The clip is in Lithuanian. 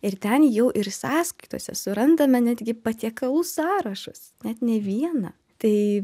ir ten jau ir sąskaitose surandame netgi patiekalų sąrašus net ne vieną tai